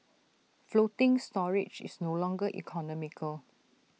floating storage is no longer economical